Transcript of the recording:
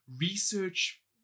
research